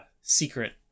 secret